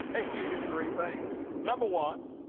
they needed three things. number one,